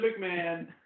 McMahon